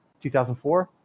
2004